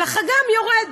אבל החג"מ יורד.